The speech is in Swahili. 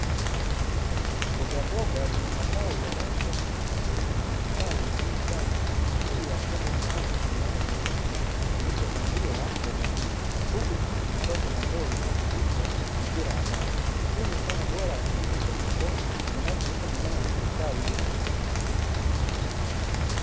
Mbogamboga zenye matawi yenye rangi ya kijani kibichi, zimestawi vizuri sana juu ya chombo maalum chenye rangi nyeusi kilichopandiwa mboga hizi. Huku chini kukiwa kuna ndoo inayopitishwa mipira ya maji. Huu ni mfano bora wa kilimo cha haidroponi kinachoiwezesha mimea kustawi bila udongo.